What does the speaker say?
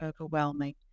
overwhelming